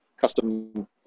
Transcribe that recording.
custom